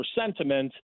sentiment